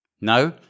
No